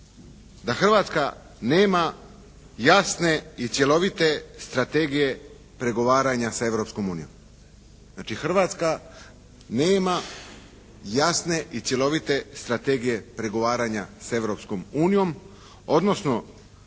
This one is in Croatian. da Hrvatska nema jasne i cjelovite strategije pregovaranja sa Europskom unijom. Znači, Hrvatska nema jasne i cjelovite strategije pregovaranja sa Europskom